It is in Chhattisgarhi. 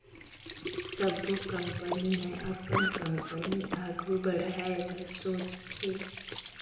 सबो कंपनी ह अपन कंपनी आघु बढ़ाए बर सोचथे